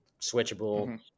switchable